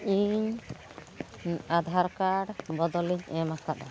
ᱤᱧ ᱟᱫᱷᱟᱨ ᱠᱟᱨᱰ ᱵᱚᱫᱚᱞᱤᱧ ᱮᱢ ᱟᱠᱟᱫᱟ